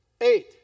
Eight